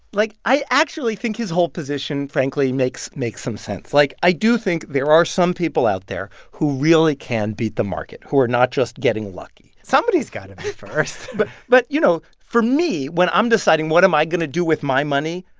like, i actually think his whole position frankly makes makes some sense. like i do think there are some people out there who really can beat the market, who are not just getting lucky somebody's got to be first but, but you know, for me when i'm deciding, what am i going to do with my money,